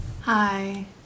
Hi